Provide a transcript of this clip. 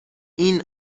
این